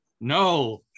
no